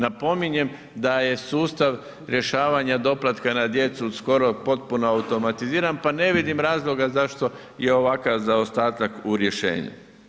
Napominjem da je sustav rješavanja doplatka na djecu skoro potpuno automatiziran pa ne vidim razloga zašto je ovakav zaostatak u rješenju.